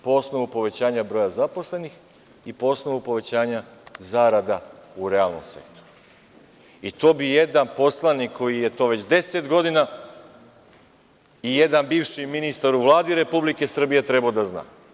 Po osnovu povećanja broja zaposlenih i po osnovu povećanja zarada u realnom sektoru i to bi jedan poslanik koji je to već 10 godina i jedan bivši ministar u Vladi Republike Srbije, trebao da zna.